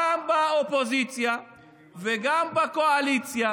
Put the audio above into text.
גם באופוזיציה וגם בקואליציה,